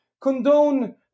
condone